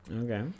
Okay